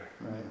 right